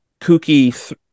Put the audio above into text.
kooky